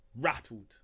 rattled